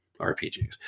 RPGs